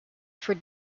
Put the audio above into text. for